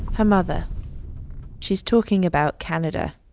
her mother she's talking about canada